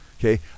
Okay